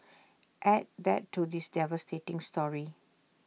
add that to this devastating story